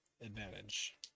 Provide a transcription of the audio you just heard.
advantage